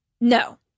no